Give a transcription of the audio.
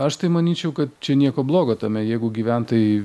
aš tai manyčiau kad čia nieko blogo tame jeigu gyventojai